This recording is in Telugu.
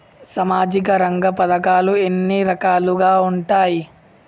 సామాజిక రంగ పథకాలు ఎన్ని రకాలుగా ఉంటాయి?